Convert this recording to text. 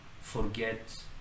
forget